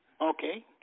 Okay